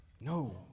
No